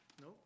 No